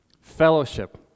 fellowship